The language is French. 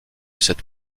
cette